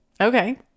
Okay